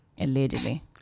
Allegedly